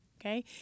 okay